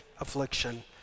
affliction